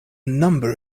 number